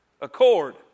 Accord